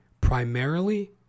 primarily